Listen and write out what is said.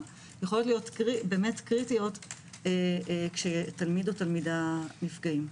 להיות קריטי כשתלמיד או תלמידה נפגעים.